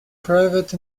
private